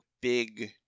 big